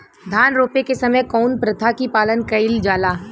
धान रोपे के समय कउन प्रथा की पालन कइल जाला?